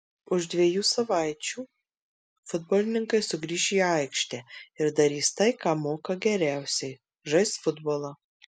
už dviejų savaičių futbolininkai sugrįš į aikštę ir darys tai ką moka geriausiai žais futbolą